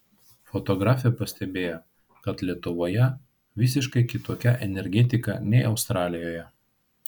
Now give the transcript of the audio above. fotografė pastebėjo kad lietuvoje visiškai kitokia energetika nei australijoje